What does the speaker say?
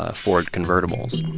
ah ford convertibles.